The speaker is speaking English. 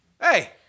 Hey